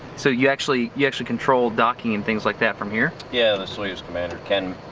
so you actually you actually control docking and things like that from here? yeah the soyuz commander can.